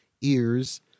ears